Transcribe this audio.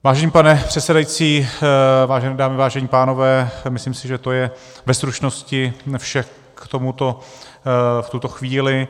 Vážený pane předsedající, vážené dámy, vážení pánové, myslím si, že to je ve stručnosti vše k tomuto v tuto chvíli.